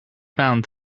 found